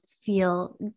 feel